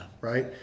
right